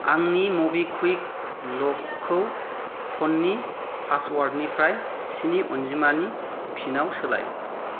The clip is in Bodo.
आंनि मबिकुइक लकखौ फननि पासवार्डनिफ्राय स्नि अनजिमानि पिनाव सोलाय